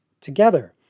together